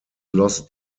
lost